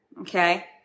Okay